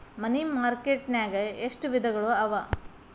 ಮನಿ market ನ್ಯಾಗ್ ಎಷ್ಟವಿಧಗಳು ಅವ?